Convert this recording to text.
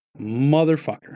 motherfucker